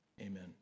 Amen